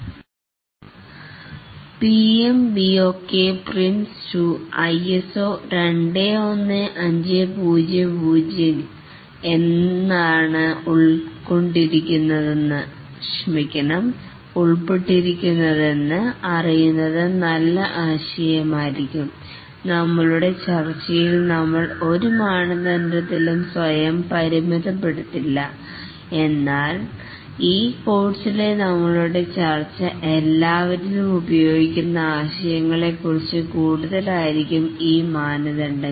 PMBOK PRINCE2 ISO 21500 ൽ എന്താണ് ഉൾപ്പെട്ടിരിക്കുന്നതെന്ന് അറിയുന്നത് നല്ല ആശയം ആയിരിക്കാം നമ്മളുടെ ചർച്ചയിൽ നമ്മൾ ഒരു മാനദണ്ഡത്തിലും സ്വയം പരിമിതപ്പെടുത്തില്ല എന്നാൽ ഈ കോഴ്സിലെ നമ്മളുടെ ചർച്ച എല്ലാവരിലും ഉപയോഗിക്കുന്ന ആശയങ്ങളെക്കുറിച്ച് കൂടുതലായിരിക്കും ഈ മാനദണ്ഡങ്ങൾ